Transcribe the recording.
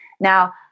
Now